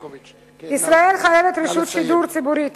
ישראל חייבת רשות שידור ציבורית